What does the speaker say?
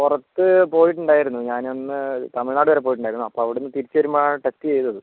പുറത്ത് പോയിട്ടുണ്ടായിരുന്നു ഞാൻ ഒന്ന് തമിഴ്നാട് വരെ പോയിട്ടുണ്ടായിരുന്നു അപ്പോൾ അവിടുന്ന് തിരിച്ച് വരുമ്പോഴാണ് ടെസ്റ്റ് ചെയ്തത്